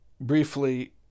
briefly